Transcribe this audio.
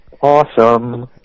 Awesome